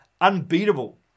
unbeatable